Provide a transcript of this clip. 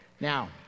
now